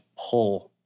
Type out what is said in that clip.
pull